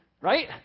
Right